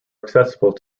accessible